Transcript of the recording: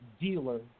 dealer